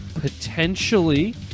potentially